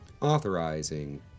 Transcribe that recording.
authorizing